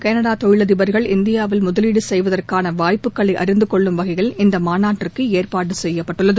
களடா தொழிலதிடர்கள் இந்தியாவில் முதலீடு செய்வதற்கான வாய்ப்புகளை அறிந்துகொள்ளும் வகையில் இந்த மாநாட்டிற்கு ஏற்பாடு செய்யப்பட்டுள்ளது